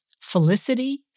felicity